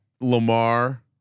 Lamar